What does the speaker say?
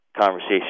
conversation